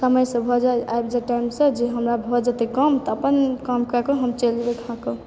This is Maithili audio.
समयसँ भऽ जाय आबि जाय टाइमसँ जे हमरा भऽ जेतय काम तऽ अपन काम कएकऽ हम चलि जेबय खायकऽ